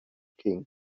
king